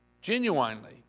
Genuinely